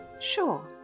Sure